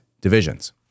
divisions